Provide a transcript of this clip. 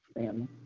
family